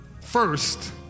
first